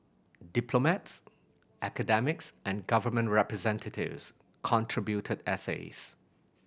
diplomats academics and government representatives contributed essays